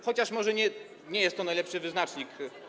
Chociaż może to nie jest najlepszy wyznacznik.